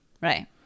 right